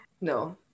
no